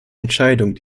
entscheidungen